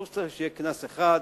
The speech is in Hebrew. ברור שצריך להיות קנס אחיד,